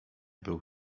był